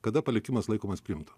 kada palikimas laikomas priimtu